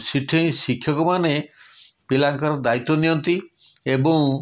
ସେଇଠି ଶିକ୍ଷକମାନେ ପିଲାଙ୍କର ଦାୟିତ୍ୱ ନିଅନ୍ତି ଏବଂ